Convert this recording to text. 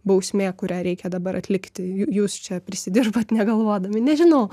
bausmė kurią reikia dabar atlikti jų jūs čia prisidirbot negalvodami nežinau